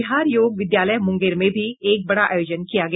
बिहार योग विद्यालय मुंगेर में भी एक बड़ा आयोजन किया गया